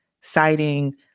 citing